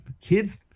kids